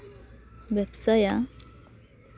ᱵᱮᱵᱽᱥᱟᱭᱟ